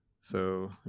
So-